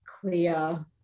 Clear